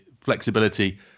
flexibility